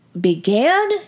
began